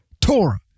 Torah